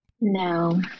no